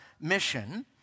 mission